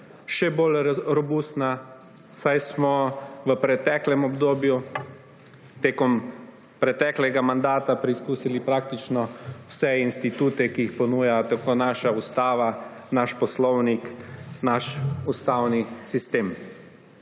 še bolj robustna, saj smo v preteklem obdobju tekom preteklega mandata preizkusili praktično vse institute, ki jih ponujajo naša ustava, naš poslovnik, naš ustavni sistem.